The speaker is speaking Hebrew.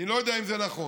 אני לא יודע אם זה נכון,